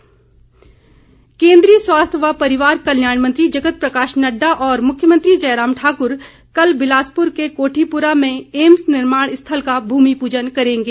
AIIMS केन्द्रीय स्वास्थ्य व परिवार कल्याण मंत्री जगत प्रकाश नड्डा और मुख्यमंत्री जयराम ठाकुर कल बिलासपुर के कोठीपुरा में एम्स निर्माण स्थल का भूमिपूजन करेंगे